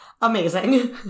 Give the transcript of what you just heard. Amazing